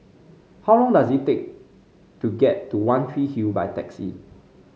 how long does it take to get to One Tree Hill by taxi